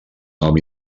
nom